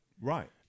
right